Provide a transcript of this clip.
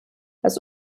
das